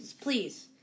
please